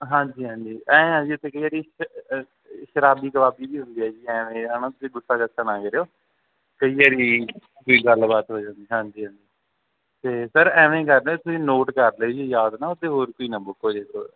ਹਾਂਜੀ ਹਾਂਜੀ ਐਂ ਆ ਜੀ ਕਈ ਵਾਰੀ ਸ਼ਰਾਬੀ ਕਬਾਬੀ ਵੀ ਹੁੰਦੇ ਆ ਐਵੇਂ ਹੈ ਨਾ ਤੁਸੀਂ ਗੁੱਸਾ ਗਾਸਾ ਨਾ ਕਰਿਓ ਕਈ ਵਾਰ ਕੋਈ ਗੱਲਬਾਤ ਹੋ ਜਾਂਦੀ ਹਾਂਜੀ ਹਾਂਜੀ ਤਾਂ ਸਰ ਐਵੇਂ ਕਰਦੇ ਤੁਸੀਂ ਨੋਟ ਕਰ ਲਿਓ ਜੀ ਯਾਦ ਨਾਲ ਤੇ ਹੋਰ ਕੋਈ ਨਾ ਬੁੱਕ ਹੋ ਜਾਵੇ